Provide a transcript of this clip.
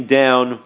down